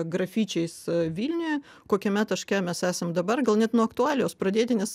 grafičiais vilniuje kokiame taške mes esam dabar gal net nuo aktualijos pradėti nes